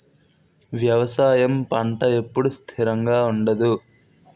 వ్యవసాయం పంట ఎప్పుడు స్థిరంగా ఉండదు